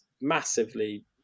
massively